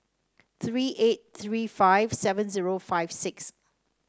three eight three five seven zero five six